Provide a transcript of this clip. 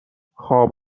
خواب